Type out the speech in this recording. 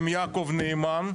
עם יעקב נאמן,